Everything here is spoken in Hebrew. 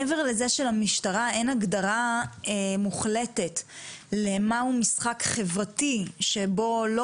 למשטרה אין הגדרה מוחלטת מהו משחק חברתי שבו לא